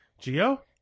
Geo